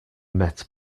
met